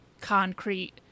concrete